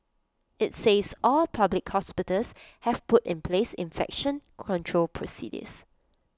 IT says all public hospitals have put in place infection control procedures